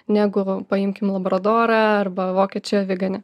negu paimkim labradorą arba vokiečių aviganį